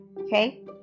Okay